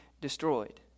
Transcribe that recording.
destroyed